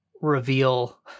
reveal